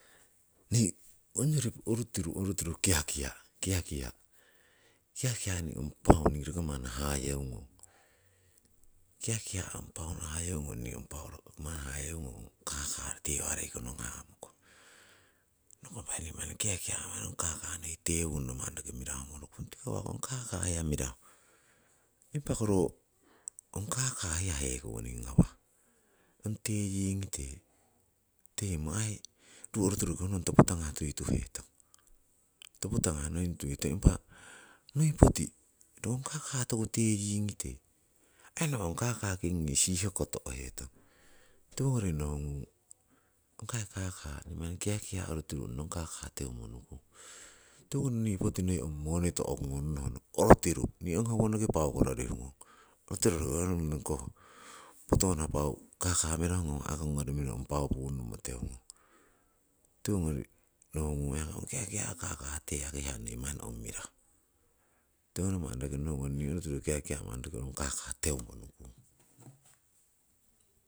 Nii ong ruu orutiru kiakia', kiakia nii ngong paau ningii hayeungong, nii ngong pau manni ningii hayeungong ong kaka tewareiko nong hamukong. Nokungong nii kiakia manni roki ngong kaka noi tewungno manni mirahumorogun tiko uwoko hong kaka hiya mirahu. Impako ro ong kaka keya hekowoning ngawah, ong teyingite, teimo aii ruu orutiru ho nong topo tangah tuituheton. Impa noi poti ong hiya toku teiyingite aii ho nong kaka kingi sihoki to'hetong. Tiwongori nohungung ong kai kaka ruu orutiru kiakia ong nong kaka teumonukung. Tiwoning nii honh poti noi hong moni tuhkugon nohnoh orutiru owonoki pau koh rolihugon, kotoh roki ononoh koh patuwana paau kaka mirahu ngawakong ong paau mirahu punnomo teugon. Tiwogori nohugon ni orutiru kiakia manni roki hong kaka teumohugon.